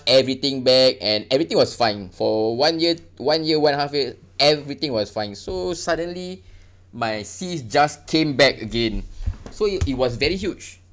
everything back and everything was fine for one year one year one half year everything was fine so suddenly my cyst just came back again so it was very huge